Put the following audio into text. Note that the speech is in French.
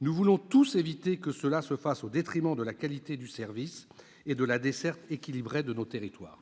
Nous voulons tous éviter que cela se fasse au détriment de la qualité du service et de la desserte équilibrée de nos territoires.